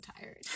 tired